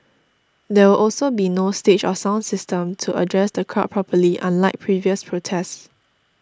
there will also be no stage or sound system to address the crowd properly unlike previous protests